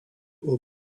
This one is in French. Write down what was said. haut